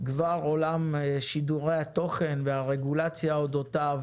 כבר עול שידורי התוכן והרגולציה אודותיו